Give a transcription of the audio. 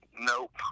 nope